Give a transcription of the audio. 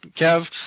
Kev